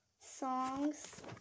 songs